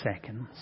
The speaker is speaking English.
seconds